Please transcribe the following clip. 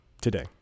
today